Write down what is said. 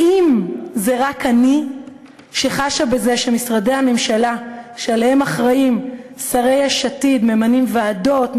האם זו רק אני שחשה שמשרדי הממשלה ששרי יש עתיד אחראים להם ממנים ועדות,